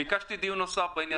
ביקשתי דיון נוסף בעניין הזה.